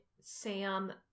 sam